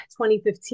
2015